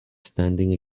standing